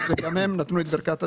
וגם הם נתנו את ברכת הדרך,